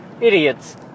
idiots